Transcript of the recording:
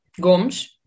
Gomes